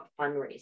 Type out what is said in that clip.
fundraising